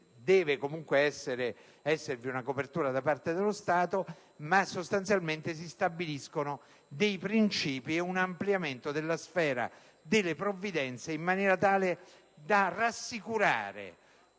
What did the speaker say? deve comunque esserci una copertura da parte dello Stato. Sostanzialmente si stabiliscono dei principi e un ampliamento della sfera delle provvidenze, in maniera tale da rassicurare